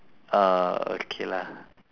uh okay lah